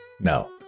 No